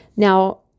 now